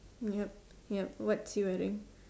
ya ya what's he wearing